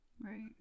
Right